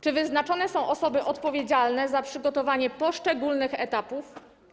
Czy wyznaczone są osoby odpowiedzialne za przygotowanie poszczególnych etapów?